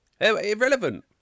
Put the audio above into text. Irrelevant